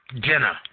dinner